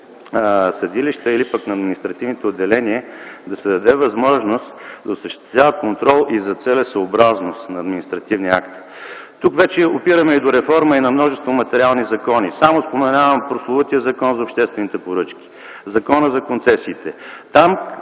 съдилища или пък на административните отделения да се даде възможност да осъществяват контрол и за целесъобразност на административния акт. Тук вече опираме и до реформа и на множество материални закони. Само споменавам прословутия Закон за обществените поръчки, Законът за концесиите